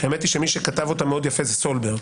והאמת היא שמי שכתב אותה מאוד יפה זה סולברג,